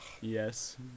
Yes